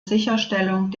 sicherstellung